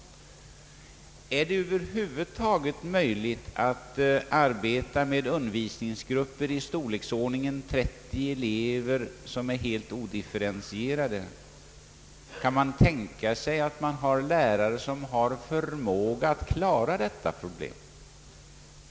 Är det över huvud taget möjligt att arbeta med undervisningsgrupper i storleksordningen 30 elever och som är helt odifferentierade? Finns det lärare som har förmåga att klara detta problem?